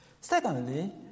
Secondly